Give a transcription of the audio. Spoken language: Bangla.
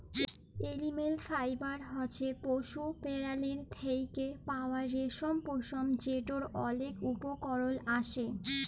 এলিম্যাল ফাইবার হছে পশু পেরালীর থ্যাকে পাউয়া রেশম, পশম যেটর অলেক উপকরল আসে